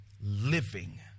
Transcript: living